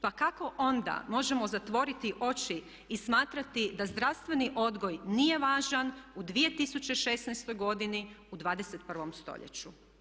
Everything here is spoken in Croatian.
Pa kako onda možemo zatvoriti oči i smatrati da zdravstveni odgoj nije važan u 2016. godini u 21. stoljeću.